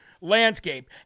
landscape